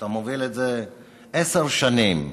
שאתה מוביל את זה עשר שנים,